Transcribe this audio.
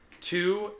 two